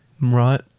Right